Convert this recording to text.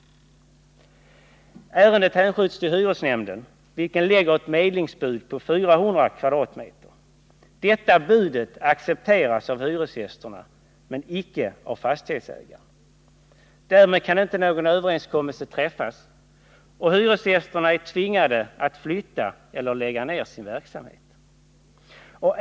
Ärendet hänskjuts till hyresnämnden, som lägger ett medlingsbud på 400 kr. per kvadratmeter. Detta bud accepteras av hyresgästerna men icke av fastighetsägaren. Därmed kan inte överenskommelse träffas, och hyresgästerna tvingas flytta eller lägga ned sin verksamhet.